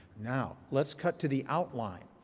now, let's cut to the outline.